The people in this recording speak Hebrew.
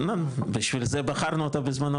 בשביל זה בחרנו אותה בזמנו,